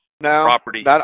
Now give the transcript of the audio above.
property